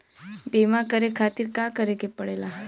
बीमा करे खातिर का करे के पड़ेला?